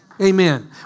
Amen